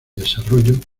desarrollo